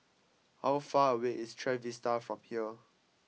how far away is Trevista from here